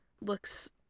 looks